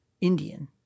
Indian